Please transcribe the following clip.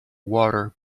water